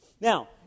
Now